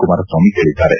ಕುಮಾರಸ್ವಾಮಿ ಹೇಳಿದ್ದಾರೆ